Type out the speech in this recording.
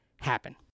happen